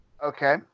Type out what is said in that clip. okay